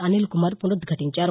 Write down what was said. Anilkumar పునరుదాటించారు